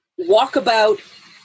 Walkabout